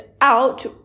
out